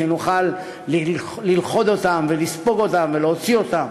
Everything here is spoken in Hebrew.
נוכל ללכוד אותם ולספוג אותם ולהוציא אותם.